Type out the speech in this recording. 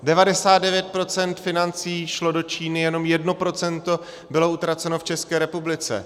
Devadesát devět procent financí šlo do Číny, jenom jedno procento bylo utraceno v České republice.